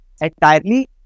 entirely